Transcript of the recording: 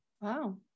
Wow